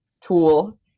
tool